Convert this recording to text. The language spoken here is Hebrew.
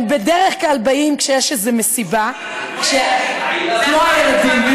הם בדרך כלל באים כשיש איזו מסיבה, כמו ילדים.